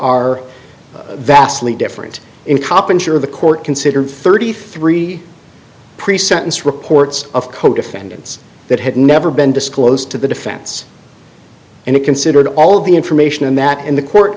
are vastly different in cop unsure of the court considered thirty three pre sentence reports of co defendants that had never been disclosed to the defense and it considered all of the information and that in the court